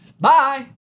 bye